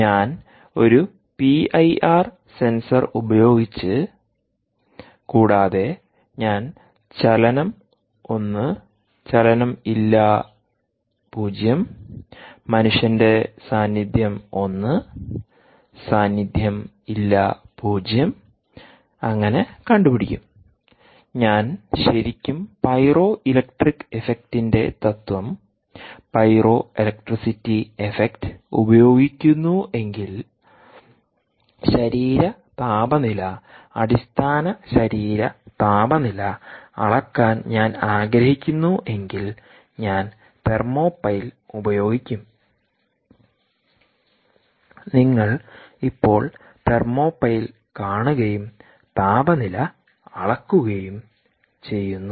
ഞാൻ ഒരു പിഐആർ സെൻസർഉപയോഗിച്ച് കൂടാതെ ഞാൻ ചലനം 1 ചലനം ഇല്ല 0 മനുഷ്യന്റെ സാന്നിധ്യം 1 സാന്നിധ്യം ഇല്ല 0അങ്ങനെ കണ്ടുപിടിക്കും ഞാൻ ശരിക്കും പൈറോഇലക്ട്രിക് ഇഫക്റ്റിന്റെ തത്വം പൈറോഇലക്ട്രിസിറ്റി ഇഫക്റ്റ് ഉപയോഗിക്കുന്നുവെങ്കിൽ ശരീര താപനിലഅടിസ്ഥാന ശരീര താപനിലഅളക്കാൻ ഞാൻ ആഗ്രഹിക്കുന്നുവെങ്കിൽ ഞാൻ തെർമോപൈൽ ഉപയോഗിക്കും നിങ്ങൾ ഇപ്പോൾ തെർമോപൈൽ കാണുകയും താപനില അളക്കുകയും ചെയ്യുന്നു